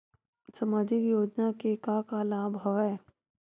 सामाजिक योजना के का का लाभ हवय?